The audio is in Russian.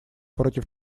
против